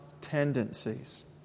tendencies